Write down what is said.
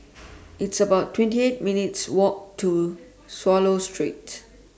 It's about twenty eight minutes' Walk to Swallow Street